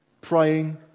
praying